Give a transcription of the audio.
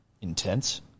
intense